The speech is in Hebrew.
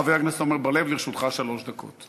חבר הכנסת עמר בר-לב, לרשותך שלוש דקות.